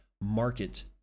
market